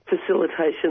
facilitation